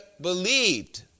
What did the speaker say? believed